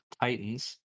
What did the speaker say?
Titans